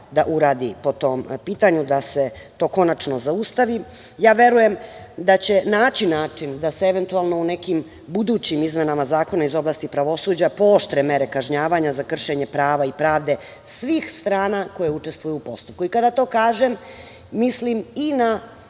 da uradi po tom pitanju da se to konačno zaustavi. Ja verujem da će naći način da se eventualno u nekim budućim izmenama zakona iz oblasti pravosuđa, pooštre mere kažnjavanja za kršenje prava i pravde svih strana, koje učestvuju u postupku i kada to kažem, mislim i na